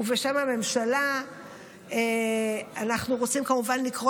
ובשם הממשלה אנחנו רוצים כמובן לקרוא